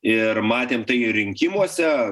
ir matėm tai rinkimuose